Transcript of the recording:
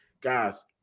guys